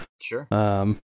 Sure